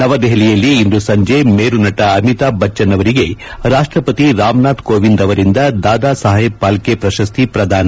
ನವದೆಹಲಿಯಲ್ಲಿ ಇಂದು ಸಂಜಿ ಮೀರು ನಟ ಅಮಿತಾಬ್ ಬಚ್ಚನ್ ಅವರಿಗೆ ರಾಷ್ಟ್ರಪತಿ ರಾಮನಾಥ್ ಕೋವಿಂದ್ ಅವರಿಂದ ದಾದಾ ಸಾಹೇಬ್ ಪಾಲ್ಕೆ ಪ್ರಶಸ್ತಿ ಪ್ರದಾನ